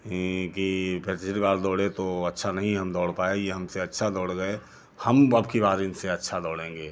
ये कि पिछली बार दौड़े तो अच्छा नहीं हम दौड़ पाए ये हमसे अच्छा दौड़ गए हम अबकी बार इनसे अच्छा दौड़ेंगे